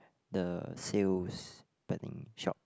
the sales betting shop